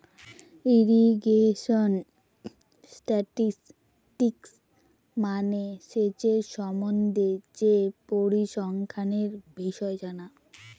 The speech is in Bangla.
ইরিগেশন স্ট্যাটিসটিক্স মানে সেচের সম্বন্ধে যে পরিসংখ্যানের বিষয় জানা